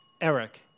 Eric